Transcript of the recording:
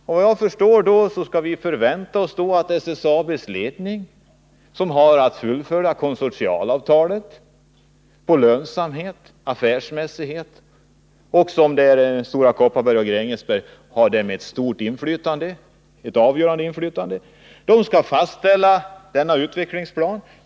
Och vad jag förstår skall SSAB:s ledning, som har att fullfölja konsortialavtalet på lönsamhetens och affärsmässighetens grunder, fastställa denna utvecklingsplan — med ett avgörande inflytande från Stora Kopparberg och Gränges.